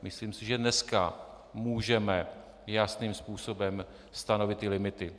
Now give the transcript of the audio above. Myslím si, že dneska můžeme jasným způsobem stanovit limity.